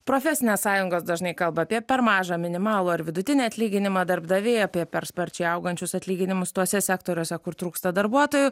profesinės sąjungos dažnai kalba apie per mažą minimalų ar vidutinį atlyginimą darbdaviai apie per sparčiai augančius atlyginimus tuose sektoriuose kur trūksta darbuotojų